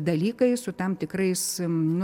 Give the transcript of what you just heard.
dalykai su tam tikrais nu